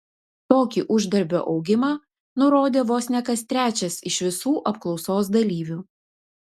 tokį uždarbio augimą nurodė vos ne kas trečias iš visų apklausos dalyvių